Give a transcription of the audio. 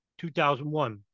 2001